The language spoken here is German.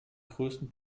größten